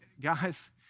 guys